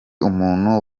umuntu